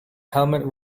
helmet